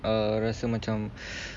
uh rasa macam